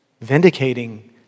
vindicating